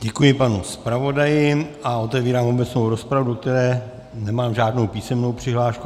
Děkuji panu zpravodaji a otevírám obecnou rozpravu, do které nemám žádnou písemnou přihlášku.